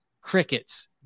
crickets